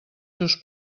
seus